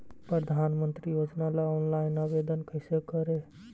प्रधानमंत्री योजना ला ऑनलाइन आवेदन कैसे करे?